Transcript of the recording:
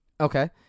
Okay